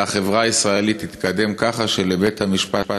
אלא החברה הישראלית תתקדם ככה שבבית-המשפט